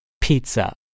pizza